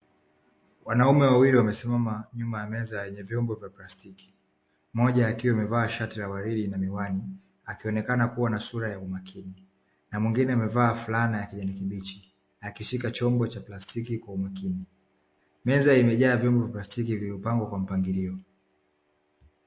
Wanaume wawili wamesimama nyuma ya meza yenye vyombo vya plastiki moja akiwa amevaa shati la waridi na miwani, akionekana kuwa na sura ya umakini na mwingine amevaa fulana ya kijani kibichi akishika chombo cha plastiki kwa umakini. Meza imejaa vyombo vya plastiki vilivyopangwa kwa mpangilio.